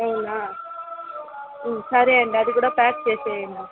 అవునా సరే అండి అది కూడా ప్యాక్ చేసేయండి